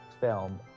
film